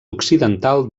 occidental